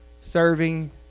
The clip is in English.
serving